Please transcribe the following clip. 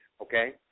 Okay